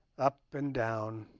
up and down,